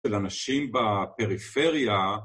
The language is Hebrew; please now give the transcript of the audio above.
של אנשים בפריפריה